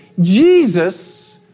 Jesus